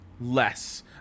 less